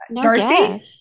Darcy